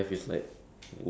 last month ah